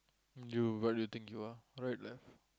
you what do you think you are right left